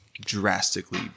drastically